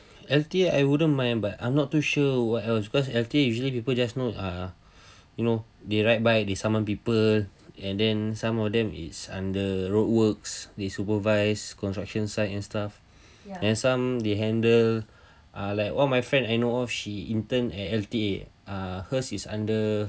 L_T_A I wouldn't mind but I'm not too sure what else because L_T_A usually people just know uh you know they ride by they saman people and then some of them is under roadworks they supervise construction site and stuff and some they handle ah like one my friend she intan at L_T_A uh hers is under